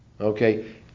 Okay